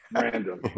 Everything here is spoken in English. random